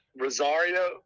Rosario